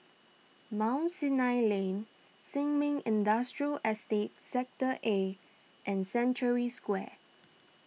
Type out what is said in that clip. Mount Sinai Lane Sin Ming Industrial Estate Sector A and Century Square